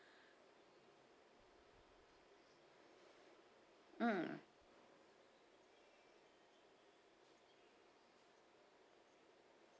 mm